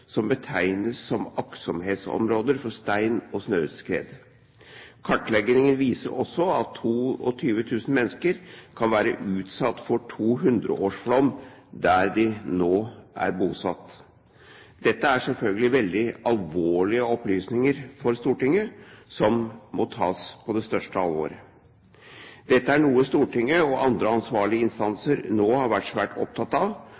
som betegnes som aktsomhetsområder for stein- og snøskred. Kartleggingen viser også at 22 000 mennesker kan være utsatt for 200-årsflom der de nå er bosatt. Dette er selvfølgelig veldig alvorlige opplysninger for Stortinget; det må tas på det største alvor. Dette er noe Stortinget og andre ansvarlige instanser må være svært opptatt av,